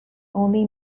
only